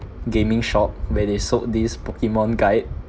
gaming shop where they sold these pokemon guide